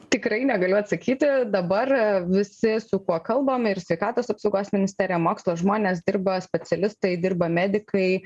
tikrai negaliu atsakyti dabar visi su kuo kalbam ir sveikatos apsaugos ministerija mokslo žmonės dirba specialistai dirba medikai